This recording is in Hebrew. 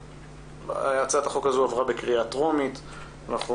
הצעת החוק עברה בקריאה טרומית ואנחנו